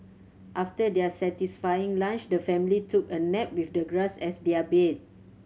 after their satisfying lunch the family took a nap with the grass as their bed